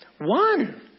One